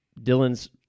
Dylan's